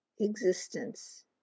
existence